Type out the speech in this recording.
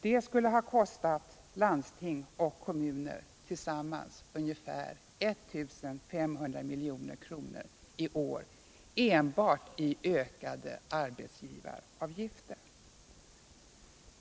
Detta skulle ha kostat landsting och kommuner tillsammans ungefär 1 500 milj.kr. i år enbart i ökade arbetsgivaravgifter.